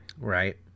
Right